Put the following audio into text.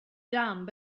dumb